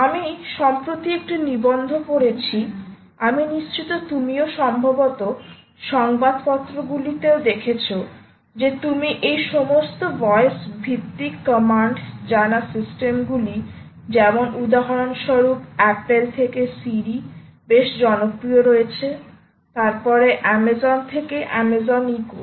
আমি সম্প্রতি একটি নিবন্ধ পড়েছি আমি নিশ্চিত তুমিও সম্ভবত সংবাদপত্রগুলিতেও দেখেছ যে তুমি এই সমস্ত ভয়েস ভিত্তিক কমান্ড জানা সিস্টেমগুলি যেমন উদাহরণস্বরূপ আপেল থেকে সিরি বেশ জনপ্রিয় রয়েছে তারপরে অ্যামাজন থেকে অ্যামাজন ইকো